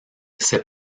c’est